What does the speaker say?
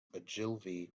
ogilvy